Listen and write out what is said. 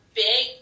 big